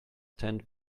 tent